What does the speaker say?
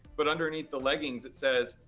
but underneath the leggings it says,